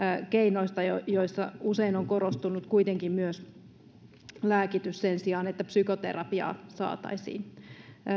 keinoista joissa usein on korostunut kuitenkin lääkitys sen sijaan että psykoterapiaa saataisiin